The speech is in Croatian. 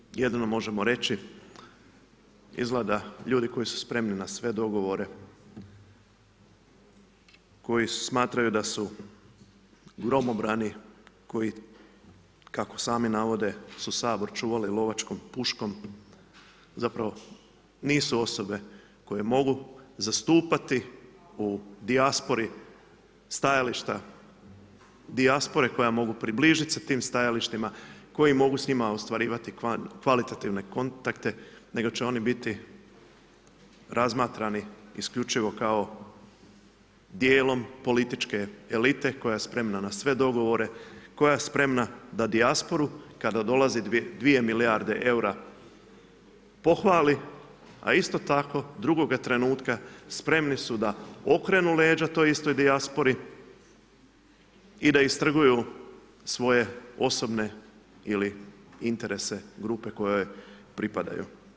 I ono što jedino možemo reći izgleda ljudi koji su spremni na sve dogovore, koji smatraju da su gromobrani koji kako sami navode su Sabor čuvali lovačkom puškom, zapravo nisu osobe koje mogu zastupati u dijaspori stajališta, dijaspore koja mogu približiti sa tim stajalištima, koji mogu s njima ostvarivati kvalitativne kontakte nego će oni biti razmatrani isključivo kao dijelom političke elite koja je spremna na sve dogovore, koja je spremna da dijasporu kada dolazi 2 milijarde eura pohvali a isto tako drugoga trenutka spremni su da okrenu leđa toj istoj dijaspori i da istrguju svoje osobne ili interese grupe kojoj pripadaju.